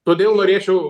todėl norėčiau